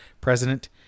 president